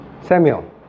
Samuel